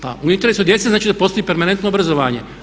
Pa u interesu djece znači da postoji permanentno obrazovanje.